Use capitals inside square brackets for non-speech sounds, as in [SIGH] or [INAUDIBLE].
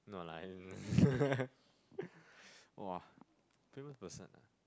no lah I don't [LAUGHS] !wah! famous person [ah[